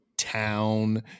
Town